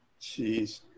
Jeez